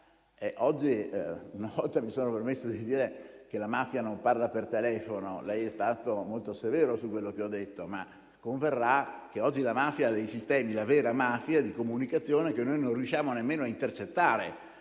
Una volta mi sono permesso di dire che la mafia non parla per telefono; lei è stato molto severo su quello che ho detto, ma converrà che oggi la mafia dei sistemi, la vera mafia di comunicazione, noi non riusciamo nemmeno a intercettarla,